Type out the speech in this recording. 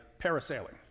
parasailing